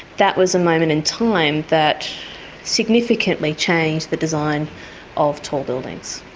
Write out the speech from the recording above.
that was a moment in time that significantly changed the design of tall buildings.